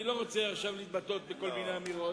אני לא רוצה עכשיו להתבטא בכל מיני אמירות.